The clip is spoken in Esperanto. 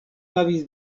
havis